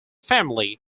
family